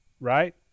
right